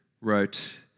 wrote